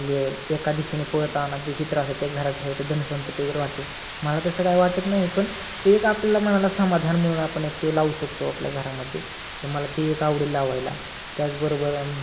level एका दिशेने पळताना ते चित्र असं घरात ठेवतात धनसंपत्ती वगैरे वाढते मला तसं काय वाटत नाही पण ते एक आपल्याला मनाला समाधान म्हणून आपण एक ते लावू शकतो आपल्या घरामध्ये तर मला ते एक आवडेल लावायला त्याचबरोबर